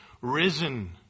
risen